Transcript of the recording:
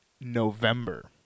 November